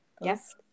Yes